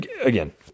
Again